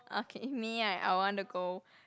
okay me right I want to go